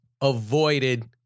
avoided